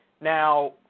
Now